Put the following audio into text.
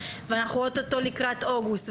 ואנחנו אוטוטו לקראת אוגוסט,